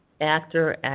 actor